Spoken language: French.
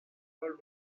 paul